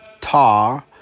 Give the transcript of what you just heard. Ta